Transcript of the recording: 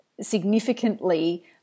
significantly